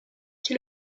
qui